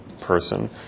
person